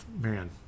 man